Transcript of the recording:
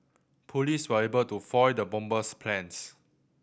police were able to foil the bomber's plans